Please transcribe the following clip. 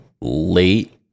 late